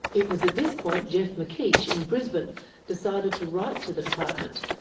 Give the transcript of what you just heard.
it was at this point geoff mckeich in brisbane decided to write to the department,